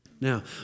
Now